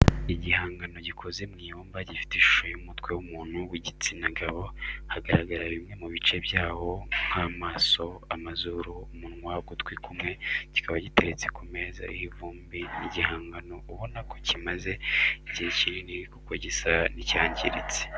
igihangano gikoze mw'ibumba gifite ishusho y'umutwe w'umuntu w'igitsina gabo hagaragara bimwe mu bice byawo nk'amaso amazuru, umunwa ugutwi kumwe kikaba giteretse ku meza ariho ivumbi ni igihangano ubona ko kimaze igihe kinini kuko gisa n'icyangiritse